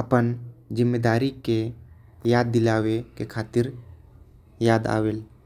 अपन जिम्मेदारी के याद दिलाये बर बह आथे।